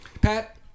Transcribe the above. Pat